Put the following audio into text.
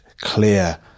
clear